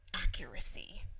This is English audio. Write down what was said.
accuracy